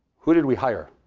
who did we hire?